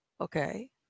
Okay